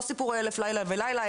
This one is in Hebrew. לא סיפורי אלף לילה ולילה,